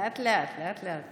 לאט-לאט, לאט-לאט.